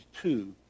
two